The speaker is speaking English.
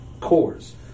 cores